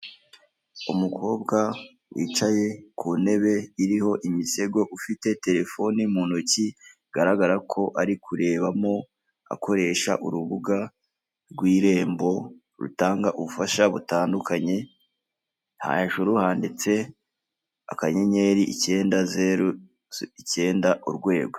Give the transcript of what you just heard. Umukobwa wicaye ku ntebe iriho imisego ufite telefoni mu ntoki bigaragara ko ari kurebamo akoresha urubuga rw'irembo rutanga ubufasha butandukanye hejuru handitse akanyenyeri icyenda zeru icyenda urwego .